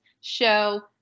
show